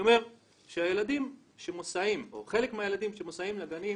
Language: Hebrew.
אני אומר שחלק מהילדים שמוסעים לגנים,